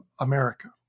America